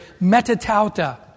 metatauta